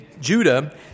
Judah